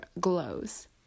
glows